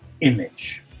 image